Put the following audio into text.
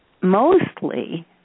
mostly